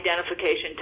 identification